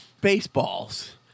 baseballs